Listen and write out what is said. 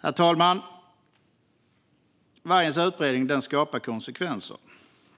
Herr talman! Vargens utbredning skapar konsekvenser.